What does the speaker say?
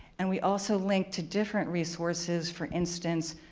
and we also link to different resources. for instance,